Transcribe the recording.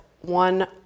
one